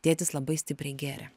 tėtis labai stipriai gėrė